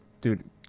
dude